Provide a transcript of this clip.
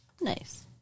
Nice